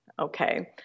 Okay